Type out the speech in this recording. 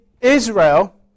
Israel